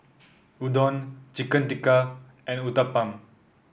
Udon Chicken Tikka and Uthapam